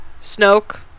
Snoke